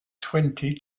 twenty